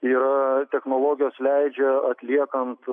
yra technologijos leidžia atliekant